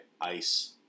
ice